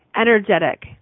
energetic